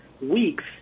weeks